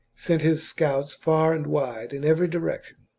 sent his scouts far and wide in every direction,